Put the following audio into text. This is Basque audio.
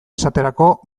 esaterako